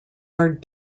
are